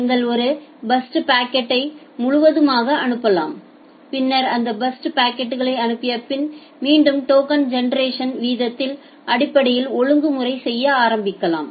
நீங்கள் ஒரு பர்ஸ்ட் பாக்கெட்டை முழுவதுமாக அனுப்பலாம் பின்னர் இந்த பர்ஸ்ட் பாக்கெட்களை அனுப்பிய பின் மீண்டும் டோக்கன் ஜெனெரேஷன் வீதத்தின் அடிப்படையில் ஒழுங்குமுறை செய்ய ஆரம்பிக்கலாம்